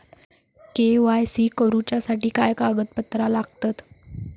KYC करूच्यासाठी काय कागदपत्रा लागतत?